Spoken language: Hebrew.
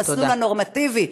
המסלול הנורמטיבי.